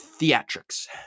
theatrics